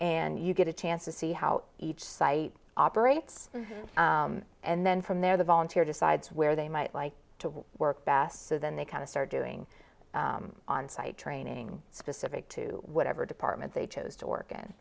and you get a chance to see how each site operates and then from there the volunteer decides where they might like to work best so then they kind of start doing onsite training specific to whatever department they chose to wor